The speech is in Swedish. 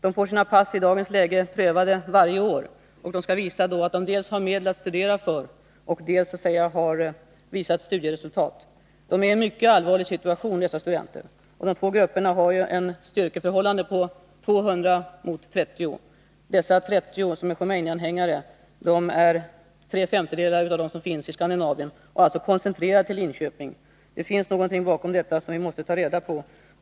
I dagens läge får de sina pass prövade varje år, och de skall då dels visa att de har medel att studera för, dels visa studieresultat. Dessa studenter är i en mycket allvarlig situation. När det gäller de två grupperna är styrkeförhållandet 200 resp. 30. De senare, som är Khomeini-anhängare, utgör tre femtedelar av de iranska studenter som finns i Skandinavien. De är alltså koncentrerade till Linköping. Det finns någonting bakom detta, som vi måste ta reda på.